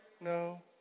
no